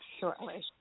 shortly